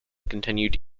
continued